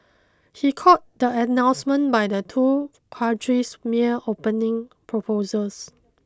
he called the announcements by the two countries mere opening proposals